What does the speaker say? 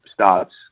starts